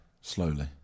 Slowly